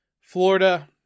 Florida